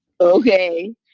Okay